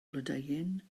blodeuyn